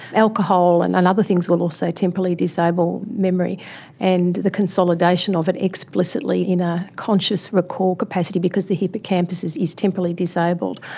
alcohol and and other things will also temporarily disable memory and the consolidation of it explicitly in a conscious recall capacity because the hippocampus is is temporarily disabled.